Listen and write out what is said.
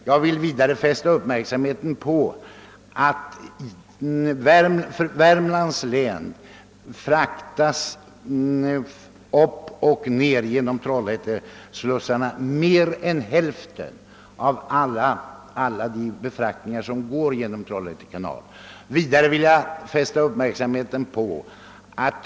Jag vill vidare fästa uppmärksamheten på att mer än hälften av alla befraktningar via Trollhätte kanal går till eller från Värmlands län.